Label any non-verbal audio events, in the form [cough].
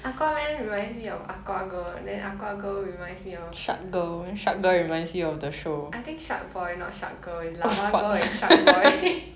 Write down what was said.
aquaman reminds me of aquagirl then aquagirl reminds me of~ I think sharkboy not sharkgirl it's lavagirl and sharkboy [laughs]